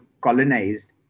colonized